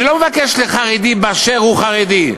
אני לא מבקש לחרדי באשר הוא חרדי.